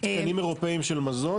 תקנים אירופאים של מזון.